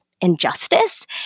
injustice